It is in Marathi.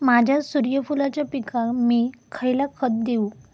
माझ्या सूर्यफुलाच्या पिकाक मी खयला खत देवू?